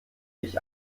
dich